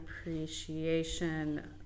appreciation